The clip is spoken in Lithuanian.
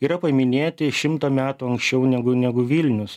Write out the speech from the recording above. yra paminėti šimtą metų anksčiau negu negu vilnius